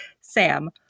Sam